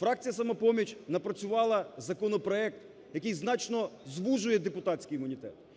Фракція "Самопоміч" напрацювала законопроект, який значно звужує депутатський імунітет.